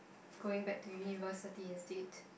going back to university instead